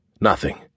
Nothing